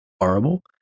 horrible